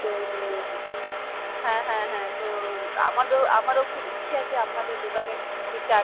তো হুম হ্যাঁ হ্যাঁ হ্যাঁ তো আমাদের আমারও খুব ইচ্ছে আছে আপনাদের দোকানের একটু চাট